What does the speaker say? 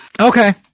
Okay